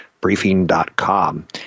briefing.com